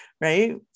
right